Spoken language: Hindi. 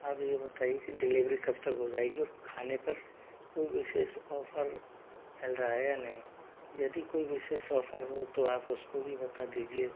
आप ये बताइए की डिलेवरी कब तक हो जाएगी और खाने पर कोई विशेष ऑफर चल रहा है या नहीं यदि कोई विशेष ऑफर हो तो आप उसको भी बता दीजिए